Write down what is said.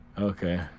Okay